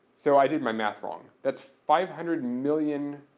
so i did my math wrong. that's five hundred million